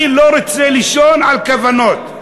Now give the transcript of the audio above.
אני לא רוצה לישון על כוונות.